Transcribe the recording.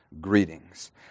greetings